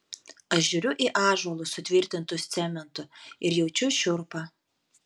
aš žiūriu į ąžuolus sutvirtintus cementu ir jaučiu šiurpą